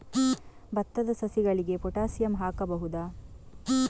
ಭತ್ತದ ಸಸಿಗಳಿಗೆ ಪೊಟ್ಯಾಸಿಯಂ ಹಾಕಬಹುದಾ?